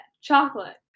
Chocolate